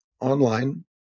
online